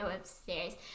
upstairs